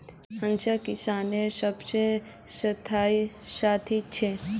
हंसिया किसानेर सबसे स्थाई साथी छे